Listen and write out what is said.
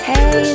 Hey